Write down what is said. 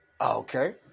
Okay